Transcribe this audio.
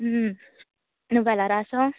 నువ్వెలా రాశావు